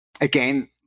again